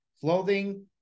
clothing